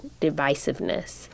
divisiveness